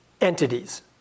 entities